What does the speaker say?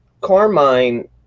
Carmine